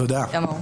תודה.